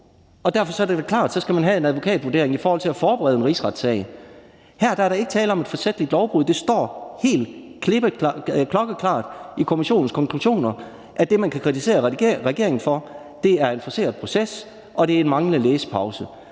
derfor er det da klart, at så skal man have en advokatvurdering i forhold til at forberede en rigsretssag. Her er der ikke tale om et forsætligt lovbrud. Det står helt klokkeklart i kommissionens konklusioner, at det, man kan kritisere regeringen for, er en forceret proces og en manglende læsepause.